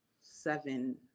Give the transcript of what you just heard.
seven